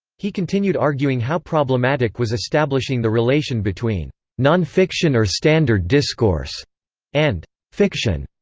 he continued arguing how problematic was establishing the relation between nonfiction or standard discourse and fiction,